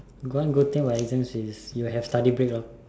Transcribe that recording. one good thing about exams is you will have study break lor